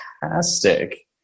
fantastic